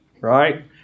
right